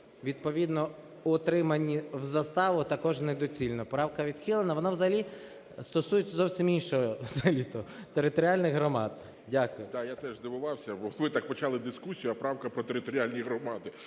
відповідно в отриманні в заставу також недоцільно. Правка відхилена. Вона взагалі стосується зовсім іншого, взагалі територіальних громад. Дякую.